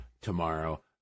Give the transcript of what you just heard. tomorrow